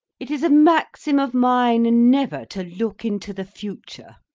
it is a maxim of mine never to look into the future.